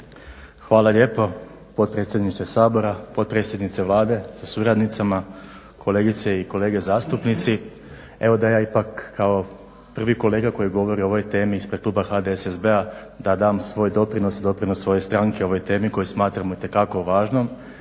Hvala lijepa potpredsjedniče Sabora, potpredsjednice Vlade sa suradnicama, kolegice i kolege zastupnici. Evo da ja ipak kao prvi kolega koji govori o ovoj temi ispred Kluba HDSSB-a da dam svoj doprinos i doprinos ove stranke ovoj temi koju smatram itekako važnom